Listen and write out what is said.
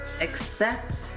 accept